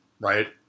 right